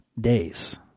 days